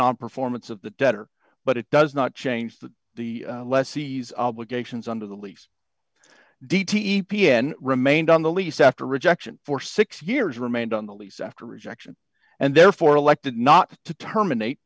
nonperformance of the debtor but it does not change that the lessees obligations under the lease d t e p n remained on the lease after rejection for six years remained on the lease after rejection and therefore elected not to terminate